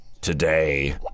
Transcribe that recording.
today